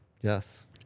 Yes